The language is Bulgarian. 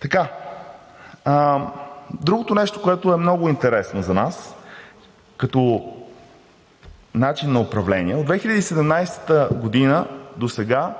Така. Другото нещо, което е много интересно за нас като начин на управление. От 2017 г. до сега